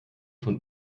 von